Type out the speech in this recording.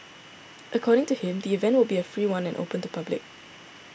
according to him the event will be a free one and open to public